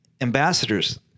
ambassadors